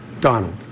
Donald